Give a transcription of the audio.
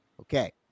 Okay